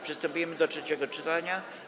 Przystępujemy do trzeciego czytania.